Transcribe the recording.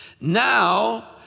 now